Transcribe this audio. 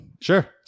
sure